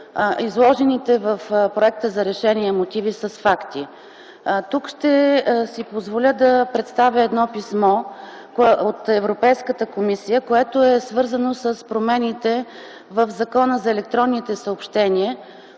изложените в проекта за решение мотиви с факти. Тук ще си позволя да представя едно писмо от Европейската комисия, което е свързано с промените в Закона за електронните съобщения,